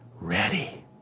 ready